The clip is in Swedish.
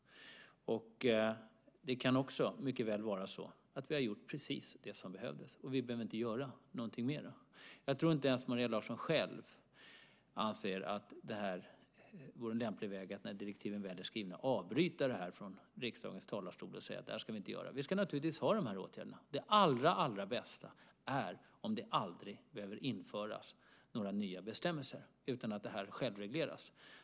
Det kan också mycket väl vara så att vi har gjort precis det som behövdes och att vi inte behöver göra något mer. Jag tror inte ens att Maria Larsson själv anser att det vore en lämplig väg att, när direktiven väl är skrivna, avbryta det här från riksdagens talarstol och säga: Det här ska vi inte göra. Vi ska naturligtvis ha de här åtgärderna. Det allra bästa är om det aldrig behöver införas några nya bestämmelser utan att det självregleras.